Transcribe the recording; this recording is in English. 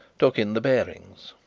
took in the bearings.